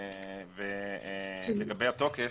לגבי התוקף,